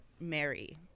Mary